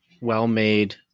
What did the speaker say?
well-made